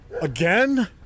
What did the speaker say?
again